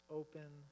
open